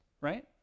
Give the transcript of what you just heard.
right